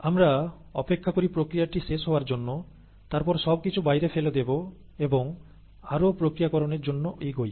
আমরা অপেক্ষা করি প্রক্রিয়াটি শেষ হওয়ার জন্য তারপর সবকিছু বাইরে ফেলে দেব এবং আরো প্রক্রিয়াকরনের জন্য এগোই